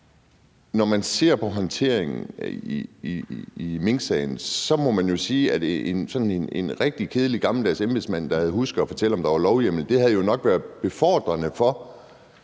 når man ser på håndteringen af minksagen, må man sige, at sådan en rigtig kedelig, gammeldags embedsmand, der havde husket at fortælle, om der var lovhjemmel, jo nok havde været befordrende for,